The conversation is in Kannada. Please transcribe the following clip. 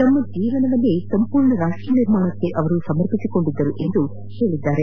ತಮ್ಮ ಜೀವನವನ್ನು ಸಂಪೂರ್ಣ ರಾಪ್ಷ ನಿರ್ಮಾಣದಲ್ಲಿ ಸಮರ್ಪಿಸಿಕೊಂಡಿದ್ದರು ಎಂದು ಹೇಳಿದ್ದಾರೆ